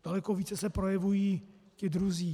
Daleko více se projevují ti druzí.